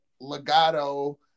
Legato